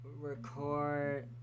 record